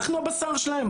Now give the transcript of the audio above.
אנחנו הבשר שלהם?